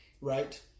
right